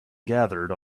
gathered